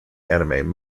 anime